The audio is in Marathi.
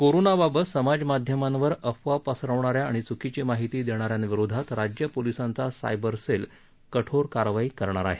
कोरोनाबाबत समाजमाध्यमावर अफवा पसरवणा या आणि च्कीची माहिती देणा यांविरोधात राज्य पोलिसांचा सायबर सेल कठोर कारवाई करणार आहे